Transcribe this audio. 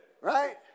Right